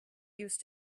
used